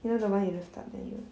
you know the one you lift up then you